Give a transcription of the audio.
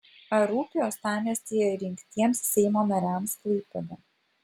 ar rūpi uostamiestyje rinktiems seimo nariams klaipėda